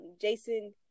Jason